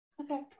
Okay